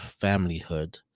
familyhood